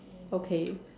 okay